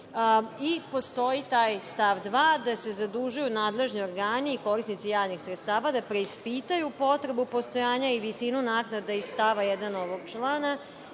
Postoji taj stav 2 da se zadužuju nadležni organi, korisnici javnih sredstava, da preispitaju potrebu postojanja i visinu naknada iz stava 1 ovog člana,